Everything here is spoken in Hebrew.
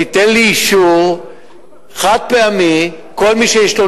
שייתן לי אישור חד-פעמי שכל מי שיש לו